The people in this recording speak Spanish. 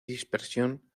dispersión